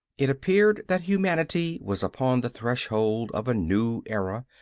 it appeared that humanity was upon the threshold of a new era,